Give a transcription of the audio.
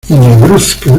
negruzca